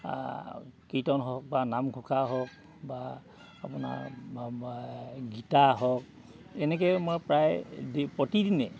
কীৰ্তন হওক বা নামঘোষা হওক বা আপোনাৰ গীতা হওক এনেকৈ মই প্ৰায় দি প্ৰতিদিনে